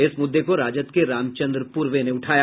इस मुद्दे को राजद के रामचंद्र पूर्वे ने उठाया